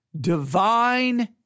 divine